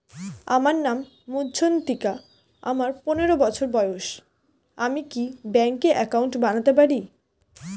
আমার নাম মজ্ঝন্তিকা, আমার পনেরো বছর বয়স, আমি কি ব্যঙ্কে একাউন্ট বানাতে পারি?